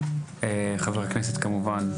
חבר הכנסת כמובן,